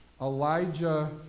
Elijah